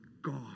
God